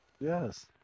Yes